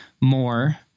more